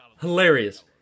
Hilarious